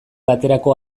baterako